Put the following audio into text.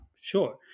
Sure